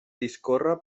discórrer